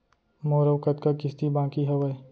मोर अऊ कतका किसती बाकी हवय?